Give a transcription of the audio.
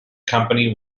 company